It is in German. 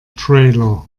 trailer